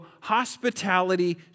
hospitality